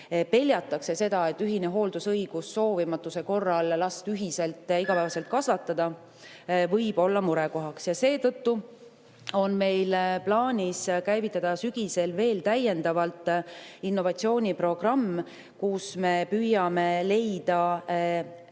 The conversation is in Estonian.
Peljatakse seda, et ühine hooldusõigus soovimatuse korral last ühiselt kasvatada võib olla murekohaks. Seetõttu on meil plaanis käivitada sügisel veel täiendavalt innovatsiooniprogramm, kus me püüame leida nutikaid